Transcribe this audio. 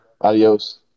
Adios